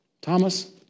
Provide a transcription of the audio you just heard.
Thomas